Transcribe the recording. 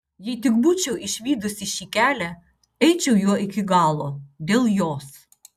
jei tik būčiau išvydusi šį kelią eičiau juo iki galo dėl jos